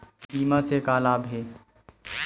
बीमा से का लाभ हे?